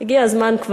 הגיע כבר הזמן,